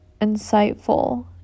insightful